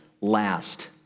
last